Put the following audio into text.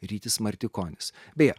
rytis martikonis beje